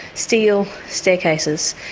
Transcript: steel staircases.